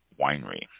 Winery